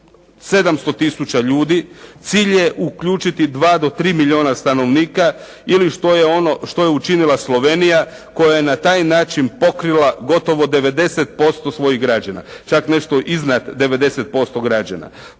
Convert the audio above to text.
700 tisuća ljudi. Cilj je uključiti 2 do 3 milijuna stanovnika ili što je ono, što je učinila Slovenija koja je na taj način pokrila gotovo 90% svojih građana. Čak nešto iznad 90% građana.